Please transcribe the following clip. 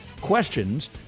questions